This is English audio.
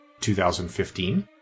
2015